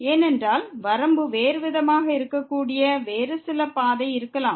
ஏனென்றால் வரம்பு வேறுவிதமாக இருக்கக்கூடிய வேறு சில பாதையாக இருக்கலாம்